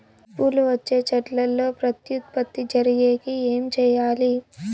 పూలు వచ్చే చెట్లల్లో ప్రత్యుత్పత్తి జరిగేకి ఏమి చేయాలి?